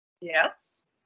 Yes